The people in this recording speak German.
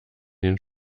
den